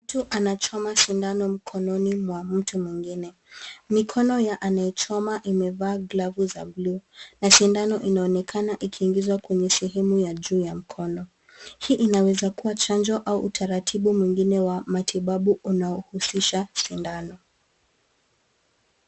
Mtu anachoma sindano mkononi mwa mtu mwingine. Mikono ya anayechoma imevaa glavu za bluu na sindano inaonekana ikiingizwa kwenye sehemu ya juu ya mkono. Hii inaweza kuwa chanjo au utaratibu mwingine wa matibabu unaohusisha sindano.